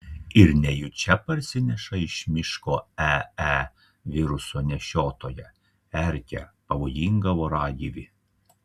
ir nejučia parsineša iš miško ee viruso nešiotoją erkę pavojingą voragyvį